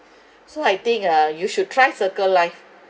so I think uh you should try circle life